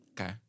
Okay